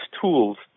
tools